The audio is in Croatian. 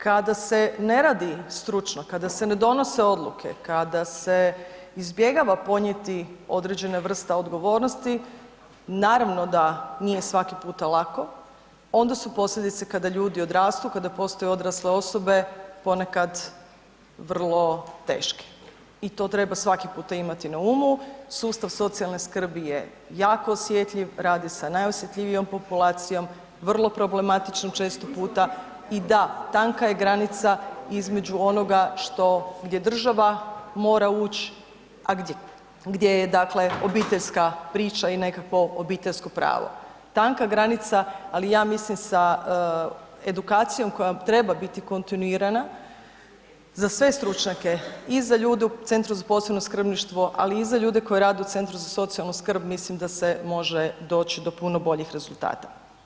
Kada se ne radi stručno, kada se ne donose odluke, kada se izbjegava ponijeti određene vrste odgovornosti, naravno da nije svaki puta lako, onda su posljedice kada ljudi odrastu, kada postaju odrasle osobe, ponekad vrlo teške i to treba svaki puta imati na umu, sustav socijalne skrbi je jako osjetljiv, radi se s najosjetljivijom populacijom, vrlo problematičnom često puta i da, tanka je granica između onoga što, gdje država mora uć, a gdje je dakle obiteljska priča i nekakvo obiteljsko pravo, tanka granica, ali ja mislim sa edukacijom koja treba biti kontinuirana za sve stručnjake, i za ljude u Centru za posebno skrbništvo, ali i za ljude koji rade u Centru za socijalnu skrb mislim da se može doći do puno boljih rezultata.